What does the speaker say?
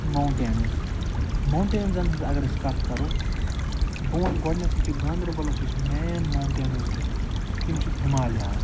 mountains ماونٛٹینزَن ہنٛز اَکھ أسۍ کَتھ کَرو بہٕ وَنہٕ گۄڈٕنیٚتھٕے کہِ گاندربَلَس یُس مین ماونٛٹین یِم چھِ تِم چھِ ہِمالِیاز